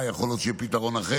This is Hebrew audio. יכול להיות שיהיה פתרון אחר.